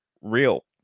real